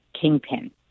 kingpin